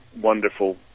wonderful